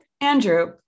Andrew